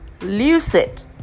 lucid